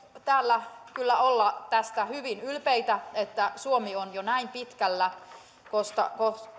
täällä kyllä olla tästä hyvin ylpeitä että suomi on jo näin pitkällä koska